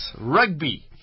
rugby